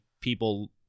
people